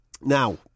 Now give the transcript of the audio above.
Now